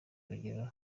urugero